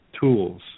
tools